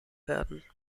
werden